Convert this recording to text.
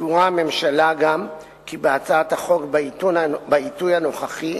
סבורה הממשלה גם כי הצעת החוק בעיתוי הנוכחי